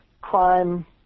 crime